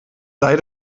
sei